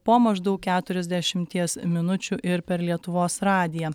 po maždaug keturiasdešimties minučių ir per lietuvos radiją